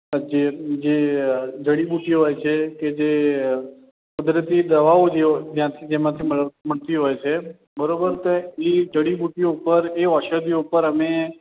જે જે જડીબુટ્ટીઓ હોય છે કે જે કુદરતી દવાઓ જે જ્યાંથી જેમાંથી મળ મળતી હોય છે બરોબર તો ઈ જડીબુટ્ટીઓ ઉપર એ ઔષધિઓ ઉપર અમે